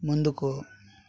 ముందుకు